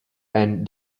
and